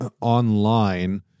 online